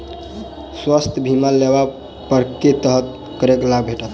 स्वास्थ्य बीमा लेबा पर केँ तरहक करके लाभ भेटत?